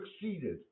succeeded